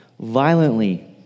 violently